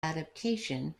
adaptation